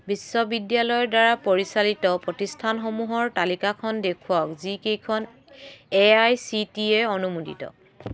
বিশ্ববিদ্যালয়ৰ দ্বাৰা পৰিচালিত প্ৰতিষ্ঠানসমূহৰ তালিকাখন দেখুৱাওক যিকেইখন A I C T E অনুমোদিত